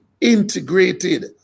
integrated